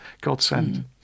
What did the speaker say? Godsend